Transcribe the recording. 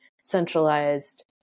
centralized